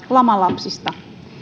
lamalapsista